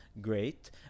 Great